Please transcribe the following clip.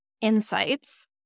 insights